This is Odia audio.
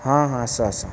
ହଁ ହଁ ଆସ ଆସ